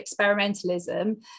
experimentalism